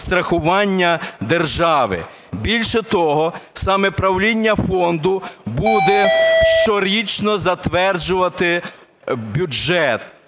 страхування держави. Більше того, саме правління фонду буде щорічно затверджувати бюджет,